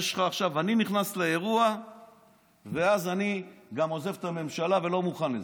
אני נכנס לאירוע ואז אני גם עוזב את הממשלה ולא מוכן לזה.